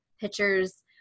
pictures